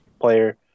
player